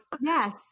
yes